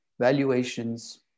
Valuations